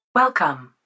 Welcome